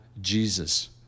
Jesus